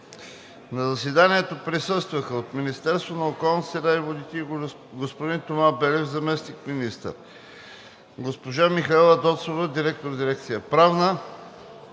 На заседанието присъстваха от Министерството на околната среда и водите: господин Тома Белев – заместник-министър, госпожа Михаела Доцова – директор на дирекция „Правна“,